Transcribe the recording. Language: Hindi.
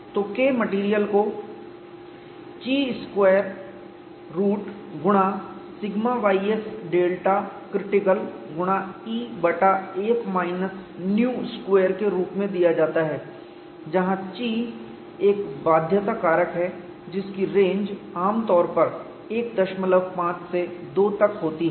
तो K मेटेरियल को chi के स्क्वायर रूट गुणा σys डेल्टा क्रिटिकल गुणा E बटा 1 माइनस न्यू स्क्वायर के रूप में दिया जाता है जहाँ chi एक बाध्यता कंस्ट्रेंट कारक है जिसकी रेंज आमतौर पर 15 से 2 तक होती है